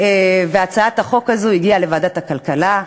והצעת החוק הזאת הגיעה לוועדת הכלכלה,